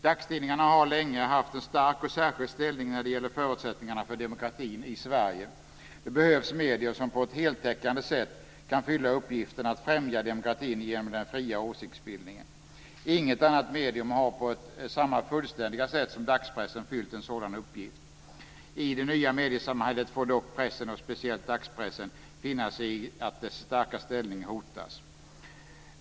Dagstidningarna har länge haft en stark och särskild ställning när det gäller förutsättningarna för demokratin i Sverige. Det behövs medier som på ett heltäckande sätt kan fylla uppgiften att främja demokratin genom den fria åsiktsbildningen. Inget annat medium har på samma fullständiga sätt som dagspressen fyllt en sådan uppgift. I det nya mediesamhället får dock pressen och speciellt dagspressen finna sig i att dess starka ställning hotas.